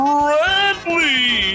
Bradley